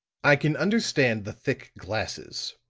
i can understand the thick glasses,